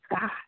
God